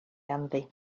ganddi